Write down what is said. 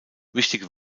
wichtige